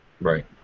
Right